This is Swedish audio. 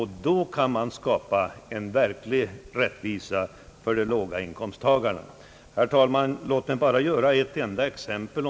Då kan man skapa en verklig rättvisa för dem som har låga inkomster. Herr talman! Låt mig bara ta ett enda exempel.